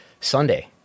Sunday